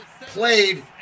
played